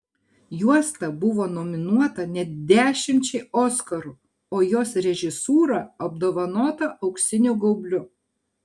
juosta buvo nominuota net dešimčiai oskarų o jos režisūra apdovanota auksiniu gaubliu